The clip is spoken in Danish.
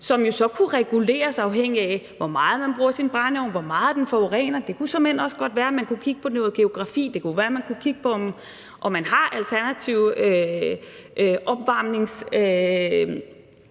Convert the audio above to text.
så kunne reguleres, afhængigt af hvor meget man brugte sin brændeovn, og hvor meget den forurenede. Det kunne såmænd også godt være, at man kunne kigge på noget geografi; det kunne være, at man kunne kigge på, om man har alternative opvarmningsformer,